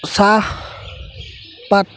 চাহ পাত